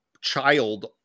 child